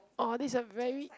orh this a very